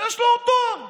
ויש לו עוד תואר.